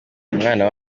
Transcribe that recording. umwana